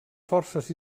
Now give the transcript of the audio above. forces